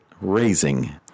raising